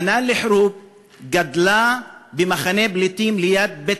חנאן אל-חרוב גדלה במחנה פליטים ליד בית